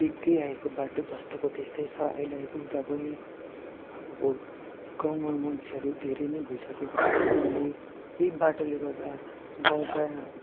देख्दै आएको बाटो जस्तोको त्यस्तै छ अहिले आइपुग्दा पनि अब गाउँमा मान्छेहरू धेरै नै भइसकेका छन् अहिले यही बाटोले गर्दा गाउँका